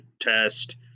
test